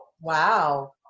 wow